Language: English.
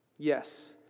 Yes